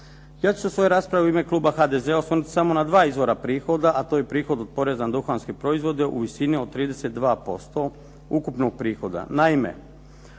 se sa svoje rasprave u ime kluba HDZ-a osvrnuti samo na dva izvor prihoda, a to je prihod od poreza na duhanske proizvode u visini od 32% ukupnog prihoda.